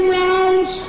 rounds